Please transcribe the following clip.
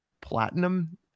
platinum